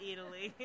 Italy